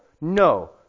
no